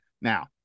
now